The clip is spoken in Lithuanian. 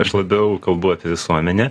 aš labiau kalbu apie visuomenę